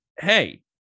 hey